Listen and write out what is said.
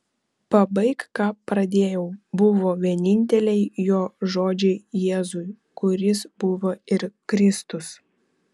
pabaik ką pradėjau buvo vieninteliai jo žodžiai jėzui kuris buvo ir kristus